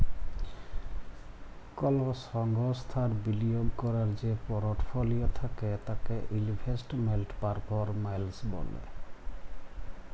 call সংস্থার বিলিয়গ ক্যরার যে পরটফলিও থ্যাকে তাকে ইলভেস্টমেল্ট পারফরম্যালস ব্যলে